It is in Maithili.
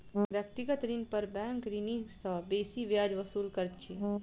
व्यक्तिगत ऋण पर बैंक ऋणी सॅ बेसी ब्याज वसूल करैत अछि